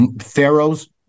Pharaoh's